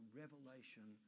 revelation